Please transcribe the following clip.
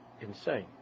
insane